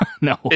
No